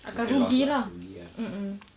you'll get loss lah rugi ah